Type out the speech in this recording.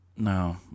No